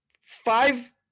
five